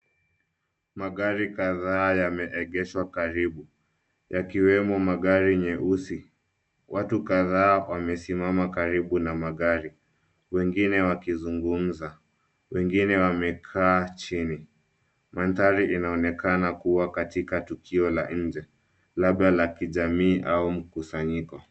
Magari kadhaa yameegeshwa karibu, yakiwemo magari nyeusi. Watu kadhaa wamesimama karibu na magari, wengine wakizungumza, wengine wamekaa chini. Mandhari inaonekana kuwa katika tukio la nje, labda la kijamii au mkusanyiko.